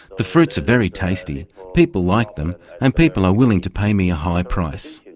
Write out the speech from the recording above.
the fruits are very tasty, people like them and people are willing to pay me a high price.